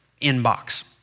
inbox